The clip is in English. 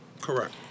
Correct